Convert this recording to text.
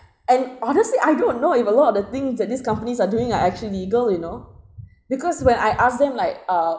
and honestly I don't know if a lot of the things that these companies are doing are actually legal you know because when I ask them like uh